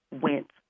went